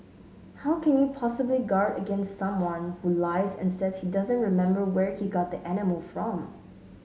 how can you possibly guard against someone who lies and says he doesn't remember where he got the animal from